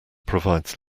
provides